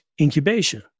incubation